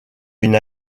une